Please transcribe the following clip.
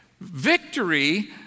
victory